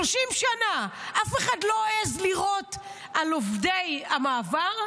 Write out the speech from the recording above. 30 שנה אף אחד לא העז לירות על עובדי המעבר.